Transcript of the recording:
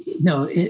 no